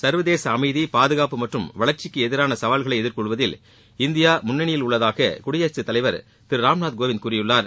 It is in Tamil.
சர்வதேச அமைதி பாதுகாப்பு மற்றும் வளர்ச்சிக்கு எதிரான சவால்களை எதிர்கொள்வதில் இந்தியா முன்னணயில் உள்ளதாக குடியரகத்தலைவர் திரு ராம்நாத் கோவிந்த் கூறியுள்ளார்